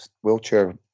wheelchair